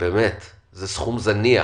זה סכום זניח,